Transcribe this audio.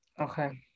Okay